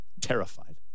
terrified